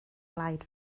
blaid